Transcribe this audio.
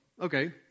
okay